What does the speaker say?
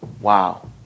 Wow